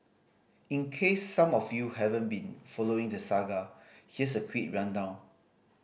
in case some of you haven't been following the saga here's a quick rundown